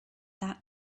that